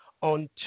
on